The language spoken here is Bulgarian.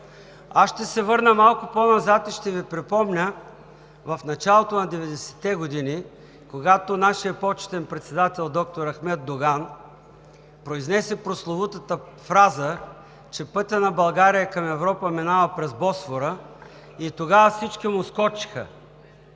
Аз ще се върна малко по-назад и ще Ви припомня в началото на 90-те години, когато нашият почетен председател доктор Ахмед Доган произнесе прословутата фраза, че пътят на България към Европа минава през Босфора, и тогава всички му скочиха,